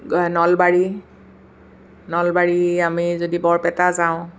নলবাৰী নলবাৰী আমি যদি বৰপেটা যাওঁ